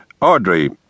Audrey